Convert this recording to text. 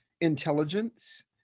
intelligence